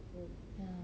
ya